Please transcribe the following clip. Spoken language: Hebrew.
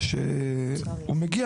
שמגיע